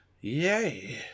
yay